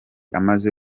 amaze